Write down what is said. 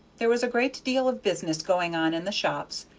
there was a great deal of business going on in the shops,